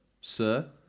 sir